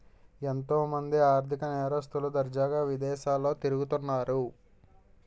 ఎంతో మంది ఆర్ధిక నేరస్తులు దర్జాగా విదేశాల్లో తిరుగుతన్నారు